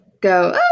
go